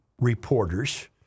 reporters